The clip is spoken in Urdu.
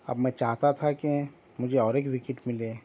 اب میں چاہتا تھا کہ مجھے اور ایک وکٹ ملے